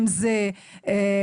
אם זה בגדים,